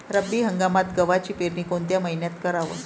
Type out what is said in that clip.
रब्बी हंगामात गव्हाची पेरनी कोनत्या मईन्यात कराव?